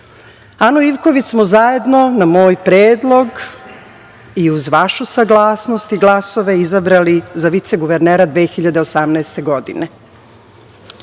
Ivković smo zajedno na moj predlog i uz vašu saglasnost i glasove izabrali za viceguvernera 2018. godine